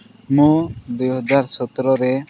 ମୁଁ ଦୁଇ ହଜାର ସତରରେ